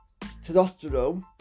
testosterone